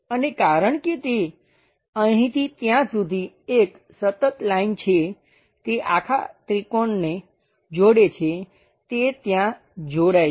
અને કારણ કે તે અહીં થી ત્યાં સુધી એક સતત લાઈન છે તે આખા ત્રિકોણને જોડે છે તે ત્યાં જોડાય છે